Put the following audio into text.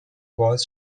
باعث